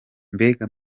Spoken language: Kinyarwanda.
mbega